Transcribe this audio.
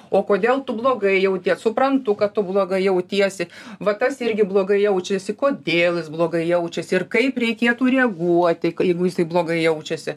o kodėl tu blogai jauties suprantu kad tu blogai jautiesi va tas irgi blogai jaučiasi kodėl jis blogai jaučiasi ir kaip reikėtų reaguoti jeigu jisai blogai jaučiasi